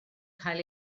cael